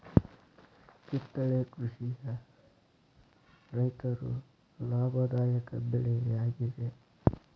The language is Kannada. ಕಿತ್ತಳೆ ಕೃಷಿಯ ರೈತರು ಲಾಭದಾಯಕ ಬೆಳೆ ಯಾಗಿದೆ